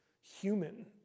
human